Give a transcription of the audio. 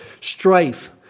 Strife